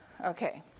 okay